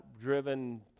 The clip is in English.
driven